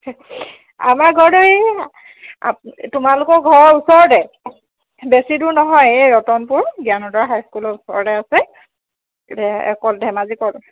আমাৰ ঘৰতো এয়া তোমালোকৰ ঘৰৰ ওচৰতে বেছি দূৰ নহয় এই ৰতনপুৰ জ্ঞানোদৰ হাইস্কুলৰ ওচৰতে আছে ধেমাজি কল